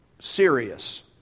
serious